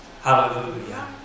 Hallelujah